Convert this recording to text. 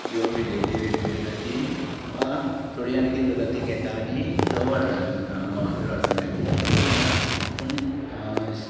म्हणलेलीं readymade येता तीं तुका थोडीं जाणां कितें करता तीं घेता आनी थंय व्हरता घोवागेर व्हरता दाखोवपाक पूण आपूण